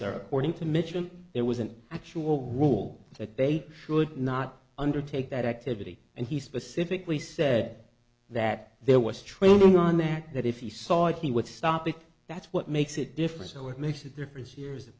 there according to mitchell there was an actual rule that they should not undertake that activity and he specifically said that there was training on the fact that if he saw it he would stop it that's what makes it different and what makes the difference here is the